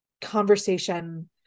conversation